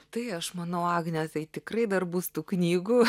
tai aš manau agne tai tikrai dar bus tų knygų